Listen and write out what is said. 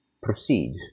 proceed